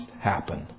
happen